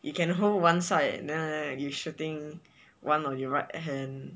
you can hold one side then like you shooting one on your right hand